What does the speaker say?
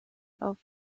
auf